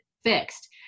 fixed